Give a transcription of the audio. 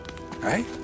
Right